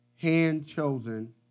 hand-chosen